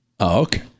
Okay